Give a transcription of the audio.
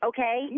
Okay